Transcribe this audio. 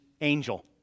angel